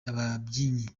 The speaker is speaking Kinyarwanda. ababyinnyi